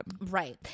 Right